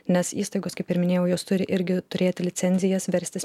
nes įstaigos kaip ir minėjau jos turi irgi turėti licencijas verstis